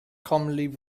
commonly